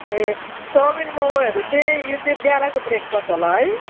ए chowmein मोमोहरू चाहिँ यो चाहिँ बिहानको ब्रेकफास्ट होला है